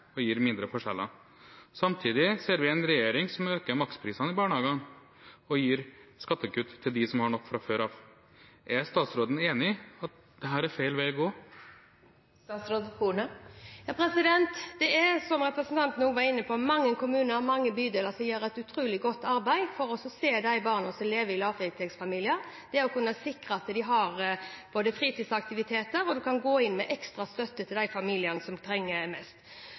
og gir mindre forskjeller. Samtidig ser vi en regjering som øker maksprisene i barnehagene og gir skattekutt til dem som har nok fra før av. Er statsråden enig i at dette er feil vei å gå? Det er, som representanten også var inne på, mange kommuner og mange bydeler som gjør et utrolig godt arbeid for å se de barna som lever i lavinntektsfamilier – sikre at de har fritidsaktiviteter og gå inn med ekstra støtte til de familiene som trenger det mest.